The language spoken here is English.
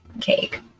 cake